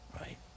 right